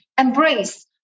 embrace